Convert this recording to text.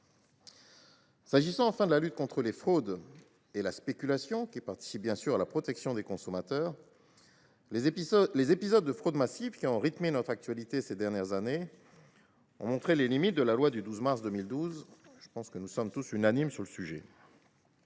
concerne enfin la lutte contre les fraudes et la spéculation, qui participe bien sûr à la protection des consommateurs, les épisodes de fraudes massives qui ont rythmé notre actualité ces dernières années ont montré les limites de la loi du 12 mars 2012. Je pense que nous sommes unanimes sur ce point.